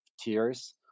tears